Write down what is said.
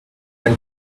when